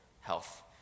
health